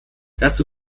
dazu